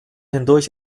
hindurch